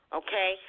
okay